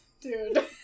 Dude